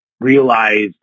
realize